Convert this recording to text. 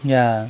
ya